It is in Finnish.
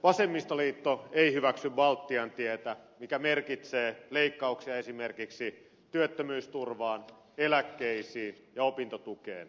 vasemmistoliitto ei hyväksy baltian tietä mikä merkitsee leikkauksia esimerkiksi työttömyysturvaan eläkkeisiin ja opintotukeen